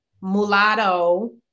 Mulatto